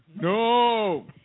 No